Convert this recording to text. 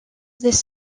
this